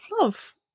love